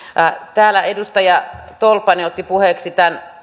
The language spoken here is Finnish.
täällä edustaja tolppanen otti puheeksi tämän